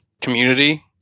community